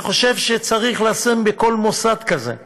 אני חושב שצריך לשים בכל מוסד כזה מצלמות,